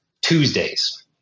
Tuesdays